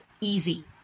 easy